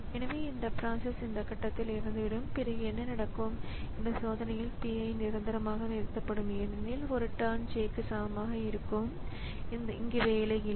எனவே ப்ரோக்ராம் தொகுப்பின் போது இதை சரிபார்க்க முடியவில்லை ஏனெனில் Y ன் மதிப்பு என்னவென்று தெரியவில்லை